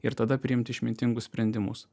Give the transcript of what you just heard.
ir tada priimt išmintingus sprendimus